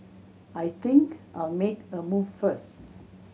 I think I'll make a move first